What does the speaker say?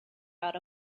out